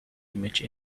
image